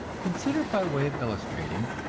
consider, by way of illustrating,